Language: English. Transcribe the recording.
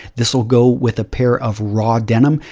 this will go with a pair of raw denim.